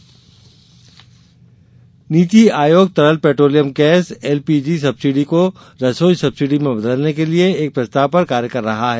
रसोई गैस नीति आयोग तरल petroleum gas LPG subsidy को रसोई सब्सिडी में बदलने के एक प्रस्ताव पर काम कर रहा है